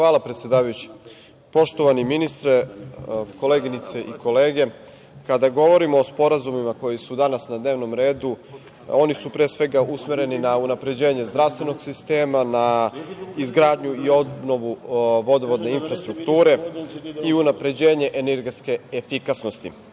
Hvala, predsedavajući. Poštovani ministre, koleginice i kolege, kada govorimo o sporazumima koji su danas na dnevnom redu, oni su, pre svega, usmereni na unapređenje zdravstvenog sistema, na izgradnju i obnovu vodovodne infrastrukture i unapređenje energetske efikasnosti.O